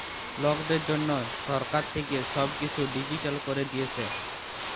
লকদের জনহ সরকার থাক্যে সব কিসু ডিজিটাল ক্যরে দিয়েসে